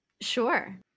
Sure